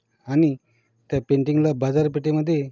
आणि त्या पेंटिंगला बाजारपेठेमध्ये